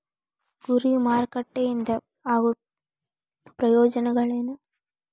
ಗುರಿ ಮಾರಕಟ್ಟೆ ಇಂದ ಆಗೋ ಪ್ರಯೋಜನಗಳೇನ